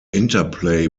interplay